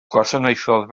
gwasanaethodd